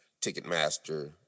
ticketmaster